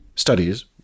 studies